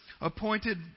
appointed